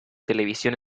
televisión